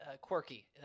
quirky